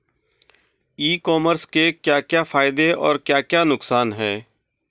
ई commerce के क्या क्या फायदे और क्या क्या नुकसान है?